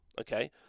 Okay